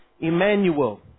Emmanuel